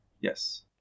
Yes